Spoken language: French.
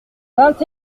vingt